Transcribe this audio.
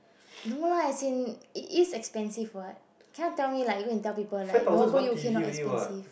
no lah as in it is inexpensive [what] you cannot tell me like you go and tell people like no go U_K not expensive